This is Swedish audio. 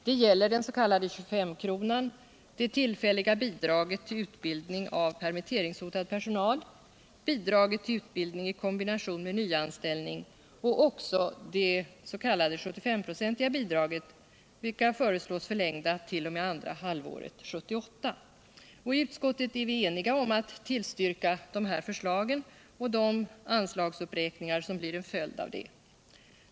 Det gäller den s.k. 2S-kronan, det tillfälliga bidraget till utbildning av permitte ringshotad personal, bidraget till utbildning i kombination med nyanställning och också det s.k. 75-procentsbidraget, vilka föreslås förlängda t.o.m. andra halvåret 1978: I utskottet är vi eniga om att tillstyrka de här förslagen och de anslagsuppräkningar som blir en följd av detta.